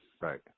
right